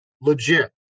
legit